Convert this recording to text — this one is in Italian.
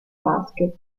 basket